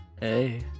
Hey